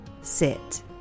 sit